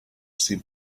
seem